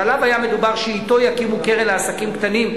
שהיה מדובר שאתו יקימו קרן לעסקים קטנים,